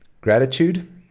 Gratitude